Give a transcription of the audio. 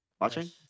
Watching